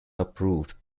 approved